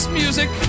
music